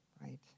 right